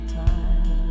time